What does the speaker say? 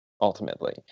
ultimately